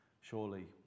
surely